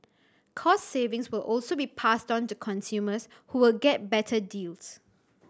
cost savings will also be passed onto consumers who will get better deals